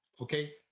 Okay